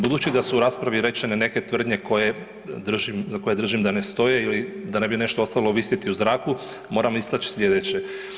Budući da su u raspravi rečene neke tvrdnje koje držim, za koje držim da ne stoje ili da ne bi nešto ostalo visjeti u zraku, moram istači sljedeće.